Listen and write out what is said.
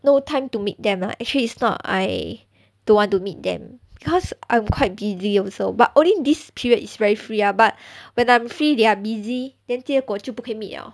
no time to meet them lah actually is not I don't want to meet them cause I'm quite busy also but only this period is very free ah but when I'm free they are busy then 结果就不可以 meet liao